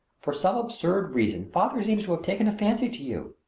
for some absurd reason father seems to have taken a fancy to you.